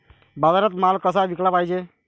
बाजारात माल कसा विकाले पायजे?